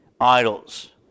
idols